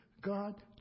God